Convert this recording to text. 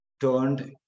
turned